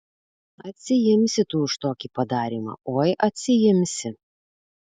atsiimsi tu už tokį padarymą oi atsiimsi